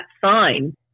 sign